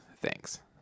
Thanks